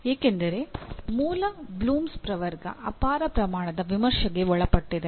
ಏಕೆಂದರೆ ಮೂಲ ಬ್ಲೂಮ್ಸ್ ಪ್ರವರ್ಗ ಅಪಾರ ಪ್ರಮಾಣದ ವಿಮರ್ಶೆಗೆ ಒಳಪಟ್ಟಿದೆ